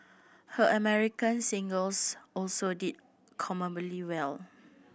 her American singles also did commendably well